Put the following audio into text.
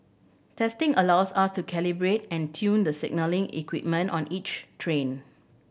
testing allows us to calibrate and tune the signalling equipment on each train